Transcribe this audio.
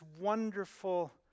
wonderful